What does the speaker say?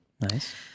nice